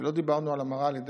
לא דיברנו על המרה על ידי,